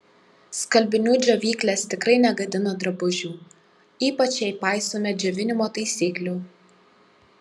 skalbinių džiovyklės tikrai negadina drabužių ypač jei paisome džiovinimo taisyklių